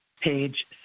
Page